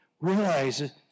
realize